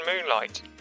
moonlight